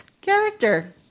character